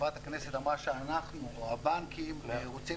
חברת הכנסת אמרה שאנחנו או הבנקים רוצים